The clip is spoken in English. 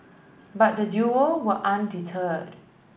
but the duo were undeterred